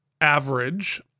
average